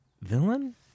villain